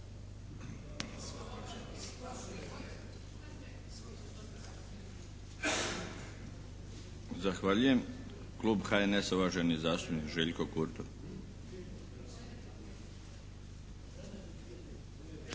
Zahvaljujem. Klub HNS-a, uvaženi zastupnik Željko Kurtov.